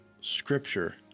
scripture